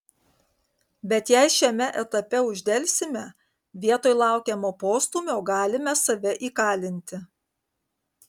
bet jei šiame etape uždelsime vietoj laukiamo postūmio galime save įkalinti